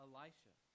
Elisha